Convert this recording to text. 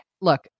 Look